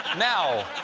now,